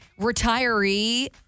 retiree